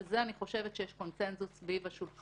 על זה אני חושבת שיש קונצנזוס סביב השולחן.